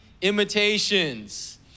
Imitations